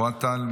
אוהד טל,